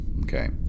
okay